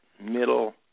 middle